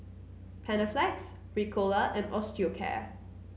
Panaflex Ricola and Osteocare